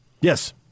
Yes